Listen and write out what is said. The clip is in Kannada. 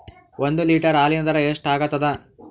ಒಂದ್ ಲೀಟರ್ ಹಾಲಿನ ದರ ಎಷ್ಟ್ ಆಗತದ?